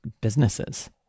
businesses